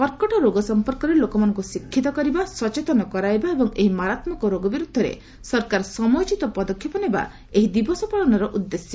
କର୍କଟ ରୋଗ ସମ୍ପର୍କରେ ଲୋକମାନଙ୍କୁ ଶିକ୍ଷିତ କରିବା ସଚେତନ କରାଇବା ଏବଂ ଏହି ମାରାତ୍ମକ ରୋଗ ବିର୍ଦ୍ଧରେ ସରକାର ସମୟୋଚିତ ପଦକ୍ଷେପ ନେବା ଏହି ଦିବସ ପାଳନର ଉଦ୍ଦେଶ୍ୟ